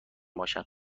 باشند